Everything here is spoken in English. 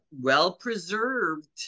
well-preserved